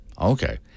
Okay